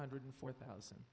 hundred and four thousand